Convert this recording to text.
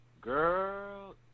Girl